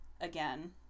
again